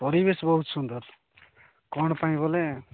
ପରିବେଶ ବହୁତ ସୁନ୍ଦର କ'ଣ ପାଇଁ ବୋଲେ